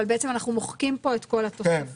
אבל בעצם אנחנו מוחקים פה את כל התוספות.